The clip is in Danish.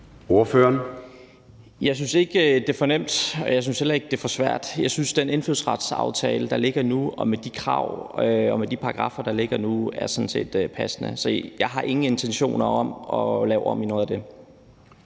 Jeg synes ikke, det er for nemt, og jeg synes heller ikke, det er for svært. Jeg synes, at den indfødsretsaftale med de krav og med de paragraffer, der ligger nu, sådan set er passende. Så jeg har ingen intentioner om at lave om på noget af det.